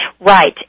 Right